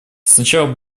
сначала